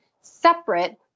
separate